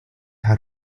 how